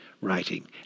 writing